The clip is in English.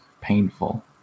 painful